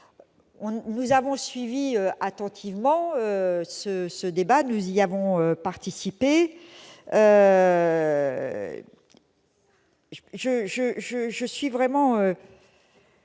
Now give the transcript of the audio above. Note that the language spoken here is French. Nous avons suivi attentivement ce débat et y avons participé. Je suis très